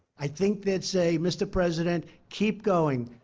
i think they'd say, mr. president, keep going.